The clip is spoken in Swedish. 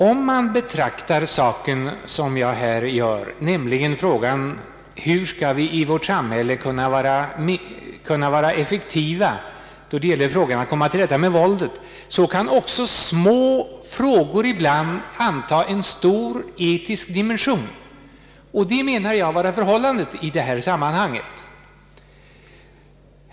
Om man betraktar saken på det sätt som jag här gör — alltså frågar hur vi i vårt samhälle kan vara effektiva då det gäller att komma till rätta med våldet — kan också små frågor ibland anta en stor etisk dimension. Jag menar att så är förhållandet i detta sammanhang.